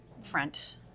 front